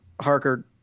Harker